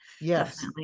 Yes